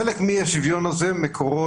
חלק מאי-השוויון מקורו